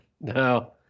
No